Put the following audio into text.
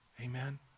Amen